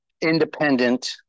independent